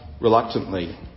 reluctantly